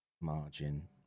margin